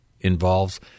involves